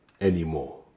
anymore